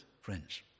friends